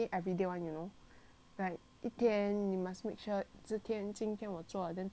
like 一天 you must make sure 今天今天我做 then tomorrow 我也做